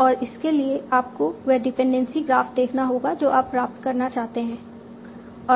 और इसके लिए आपको वह डिपेंडेंसी ग्राफ देखना होगा जो आप प्राप्त करना चाहते हैं